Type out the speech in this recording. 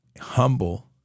humble